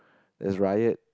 there's riot